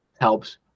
helps